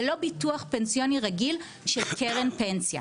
זה לא ביטוח פנסיוני רגיל של קרן פנסיה.